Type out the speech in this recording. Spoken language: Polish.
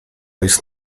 jest